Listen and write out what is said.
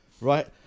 right